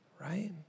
right